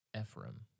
Ephraim